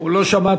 הוא לא שמע את